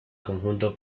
conjunto